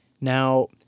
Now